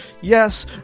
Yes